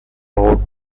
rode